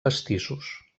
pastissos